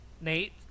Nate